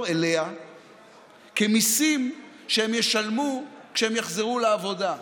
אליה כמיסים שהם ישלמו כשהם יחזרו לעבודה.